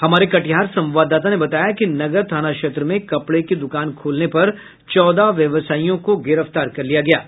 हमारे कटिहार संवाददाता ने बताया कि नगर थाना क्षेत्र में कपड़े की दुकान खोलने पर चौदह व्यवसायियों को गिरफ्तार किया गया है